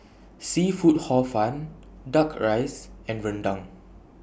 Seafood Hor Fun Duck Rice and Rendang